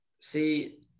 See